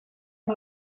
amb